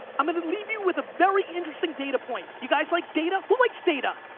i'm gonna leave you with a very interesting data point. you guys like data? who likes data?